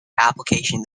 application